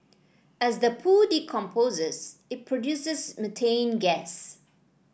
as the poo decomposes it produces methane gas